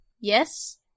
Yes